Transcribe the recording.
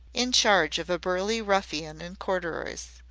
in charge of a burly ruffian in corduroys.